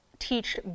teach